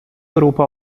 europa